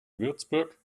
würzburg